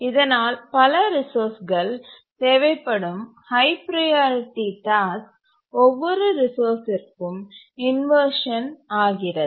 இதனால் பல ரிசோர்ஸ்கள் தேவைப்படும் ஹய் ப்ரையாரிட்டி டாஸ்க் ஒவ்வொரு ரிசோர்ஸ்ற்கும் இன்வர்ஷன் ஆகிறது